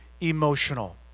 emotional